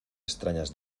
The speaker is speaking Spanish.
extrañas